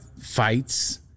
fights